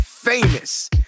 famous